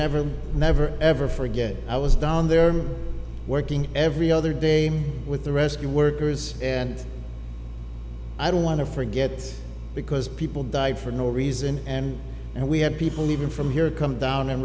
never never ever forget i was down there working every other day with the rescue workers and i don't want to forget because people died for no reason and we had people even from here come down and